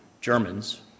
Germans